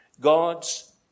God's